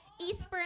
Eastburn